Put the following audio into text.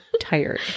tired